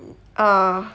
mm err